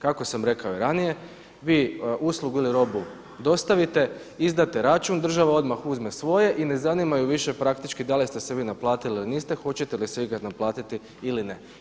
Kako sam rekao i ranije vi uslugu ili robu dostavite, izdate račun, država odmah uzme svoje i ne zanima ju više praktički da li ste se vi naplatili ili niste, hoćete li se ikad naplatiti ili ne.